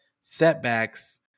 setbacks